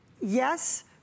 yes